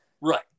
Right